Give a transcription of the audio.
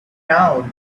now